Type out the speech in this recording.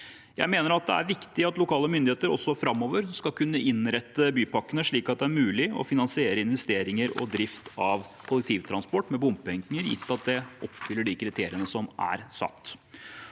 Jeg mener at det er viktig at lokale myndigheter også framover skal kunne innrette bypakkene slik at det er mulig å finansiere investeringer i og drift av kollektivtransport med bompenger, gitt at det oppfyller de kriteriene som er satt.